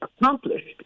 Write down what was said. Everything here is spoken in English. accomplished